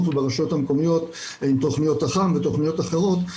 וברשויות המקומיות עם תוכניות אח"מ ותוכניות אחרות.